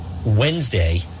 Wednesday